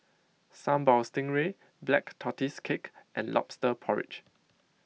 Sambal Stingray Black Tortoise Cake and Lobster Porridge